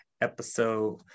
episode